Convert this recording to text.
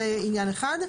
זה עניין אחד.